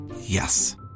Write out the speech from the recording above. Yes